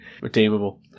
redeemable